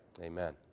amen